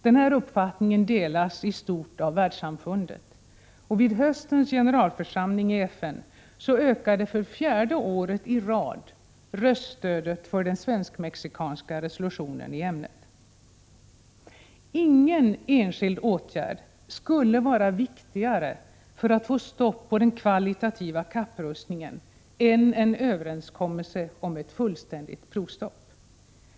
Denna uppfattning delas i stort av Världssamfundet. Vid höstens generalförsamling i FN ökade för fjärde året i rad röststödet för den svensk-mexikanska resolutionen i ämnet. Ingen enskild åtgärd skulle vara viktigare för att få stopp på den kvalitativa kapprustningen än en överenskommelse om ett fullständigt provstoppsavtal.